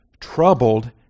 troubled